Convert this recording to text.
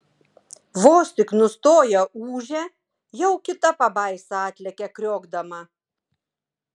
vos tik nustoja ūžę jau kita pabaisa atlekia kriokdama